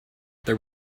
there